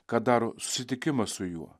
ką daro susitikimas su juo